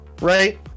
right